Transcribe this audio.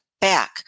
back